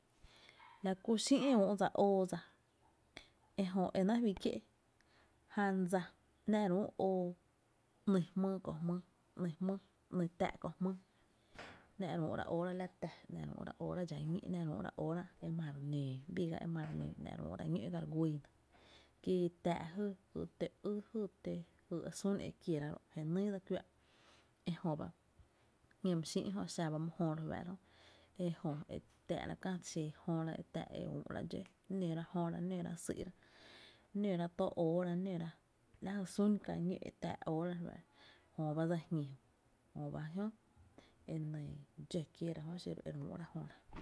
La kú xÿ’ e üú’ dsa óo dsa, ejö e náá’ fí kié’, jan dsa ‘nⱥ’ re ü’ oo ‘ny jmýy kö jmýy ‘ny táá’ köö jmýy ‘nⱥ’ re üú’ra óóra la tä, ‘nⱥ’ re ü’ra óóra dxa ñí’, ‘nⱥ’ re üú’ra óóra e mare nǿǿ, ‘na’ re üú’ra ñó’ ga re güiina ki tä’ jy tö í, jy sún ekiera ro’, jenýy dse kuⱥⱥ’ ejöba ‘ñee my xÿ’ jö xa ba my jö re fáá’ra jö, e jö e tää’ kää xee jöra e ‘nⱥ’ re üú’ra dxó, nera jöra, nera sý’ra, nera tóo óora néra la jy sún kää ñó’ óora re fáá’ra jö ba dse jñi jö, jöba jö e dxó kieera jö xiro e re üú’ra jöra.